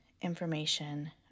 information